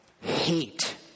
hate